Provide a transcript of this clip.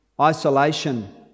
isolation